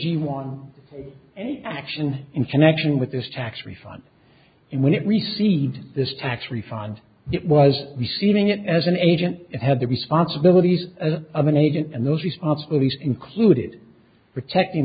g one a action in connection with this tax refund and when it receives this tax refund it was receiving it as an agent it had the responsibilities of an agent and those responsibilities included protecting